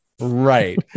right